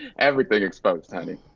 everything exposed honey.